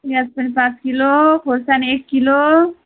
प्याज पनि पाँच किलो खोर्सानी एक किलो